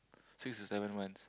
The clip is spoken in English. three to seven months